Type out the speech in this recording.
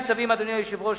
אדוני היושב-ראש,